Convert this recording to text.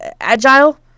agile